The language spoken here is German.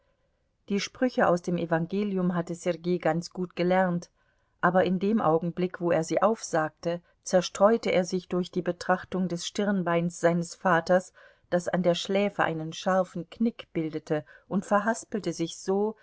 die sprüche aus dem evangelium hatte sergei ganz gut gelernt aber in dem augenblick wo er sie aufsagte zerstreute er sich durch die betrachtung des stirnbeins seines vaters das an der schläfe einen scharfen knick bildete und verhaspelte sich so